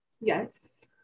Yes